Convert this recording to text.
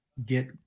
Get